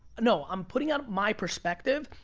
no, i'm putting out my perspective.